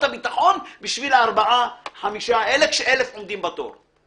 הביטחון בשביל הארבעה-חמישה האלה כשאלף עומדים בתור.